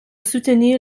soutenir